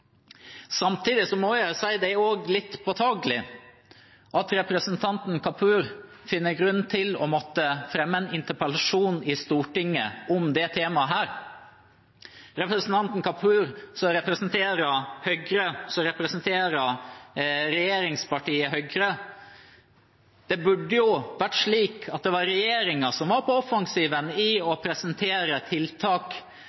Samtidig må jeg si at det også er litt påtakelig at representanten Kapur finner grunn til å måtte fremme en interpellasjon i Stortinget om dette temaet – representanten Kapur som representerer regjeringspartiet Høyre. Det burde jo vært slik at det var regjeringen som var på offensiven i